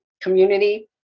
community